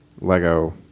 Lego